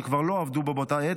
שכבר לא עבדו בו באותה עת,